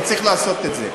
כי צריך לעשות את זה.